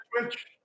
Twitch